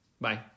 Bye